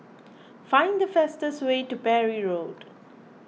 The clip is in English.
find the fastest way to Parry Road